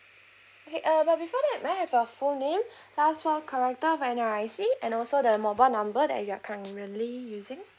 okay uh but before that may I have your full name last four character of your N_R_I_C and also the mobile number that you are currently using